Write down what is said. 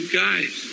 guys